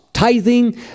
tithing